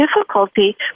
difficulty